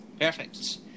perfect